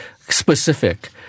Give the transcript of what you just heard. specific